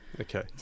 okay